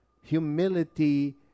Humility